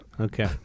Okay